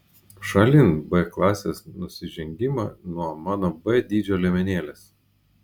šalin b klasės nusižengimą nuo mano b dydžio liemenėlės